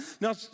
Now